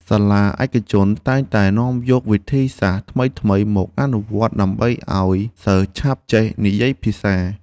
សាលាឯកជនតែងតែនាំយកវិធីសាស្ត្រថ្មីៗមកអនុវត្តដើម្បីឱ្យសិស្សឆាប់ចេះនិយាយភាសា។